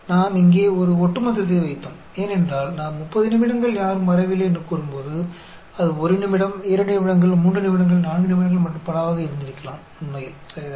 நாம் இங்கே ஒரு ஒட்டுமொத்தத்தை வைத்தோம் ஏனென்றால் நாம் 30 நிமிடங்கள் யாரும் வரவில்லை என்று கூறும்போது அது 1 நிமிடம் 2 நிமிடங்கள் 3 நிமிடங்கள் 4 நிமிடங்கள் மற்றும் பலவாக இருந்திருக்கலாம் உண்மையில் சரிதானே